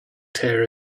tear